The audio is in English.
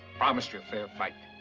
promised you a fair fight.